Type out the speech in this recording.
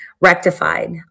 rectified